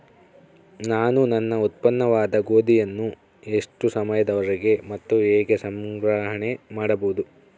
ನಾನು ನನ್ನ ಉತ್ಪನ್ನವಾದ ಗೋಧಿಯನ್ನು ಎಷ್ಟು ಸಮಯದವರೆಗೆ ಮತ್ತು ಹೇಗೆ ಸಂಗ್ರಹಣೆ ಮಾಡಬಹುದು?